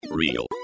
Real